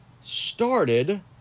started